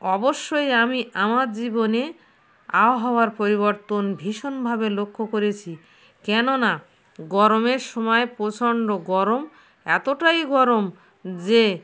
অবশ্যই আমি আমার জীবনে আবহাওয়ার পরিবর্তন ভীষণভাবে লক্ষ্য করেছি কেননা গরমের সময় প্রচন্ড গরম এতটাই গরম যে